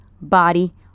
body